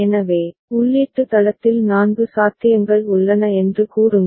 எனவே உள்ளீட்டு தளத்தில் 4 சாத்தியங்கள் உள்ளன என்று கூறுங்கள்